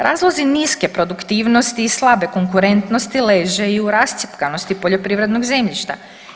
Razlozi niske produktivnosti i slabe konkurentnosti leže i u rascjepkanosti poljoprivrednog zemljišta.